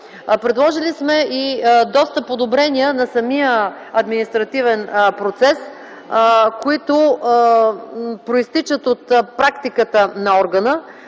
Предложили сме и доста подобрения на административния процес, които произтичат от практиката на органа,